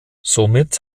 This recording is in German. somit